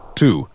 two